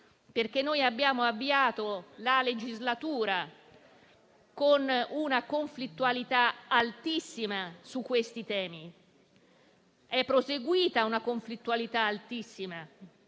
contrario. Abbiamo avviato la legislatura con una conflittualità altissima su questi temi; è proseguita una conflittualità altissima,